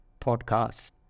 podcast